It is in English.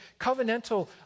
Covenantal